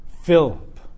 Philip